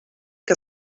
que